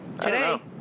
Today